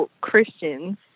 christians